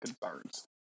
concerns